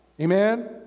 Amen